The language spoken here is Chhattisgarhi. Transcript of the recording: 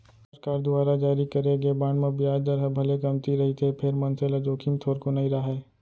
सरकार दुवार जारी करे गे बांड म बियाज दर ह भले कमती रहिथे फेर मनसे ल जोखिम थोरको नइ राहय